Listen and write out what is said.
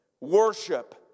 worship